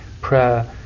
prayer